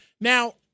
Now